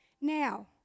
Now